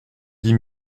dix